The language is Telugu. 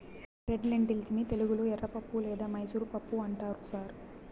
రెడ్ లెన్టిల్స్ ని తెలుగులో ఎర్రపప్పు లేదా మైసూర్ పప్పు అంటారు సార్